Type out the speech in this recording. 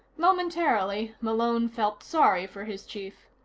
momentarily, malone felt sorry for his chief.